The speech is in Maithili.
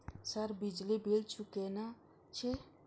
सर बिजली बील चूकेना छे?